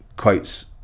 quotes